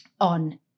on